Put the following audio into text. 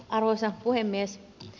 arvoisa puhemies